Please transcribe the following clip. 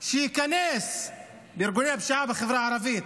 שייכנס בארגוני הפשיעה בחברה הערבית,